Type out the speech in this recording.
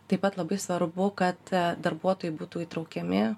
taip pat labai svarbu kad darbuotojai būtų įtraukiami